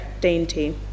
Dainty